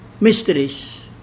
mysteries